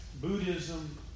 Buddhism